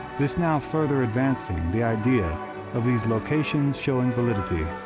this now further advancing the idea of these locations showing validity.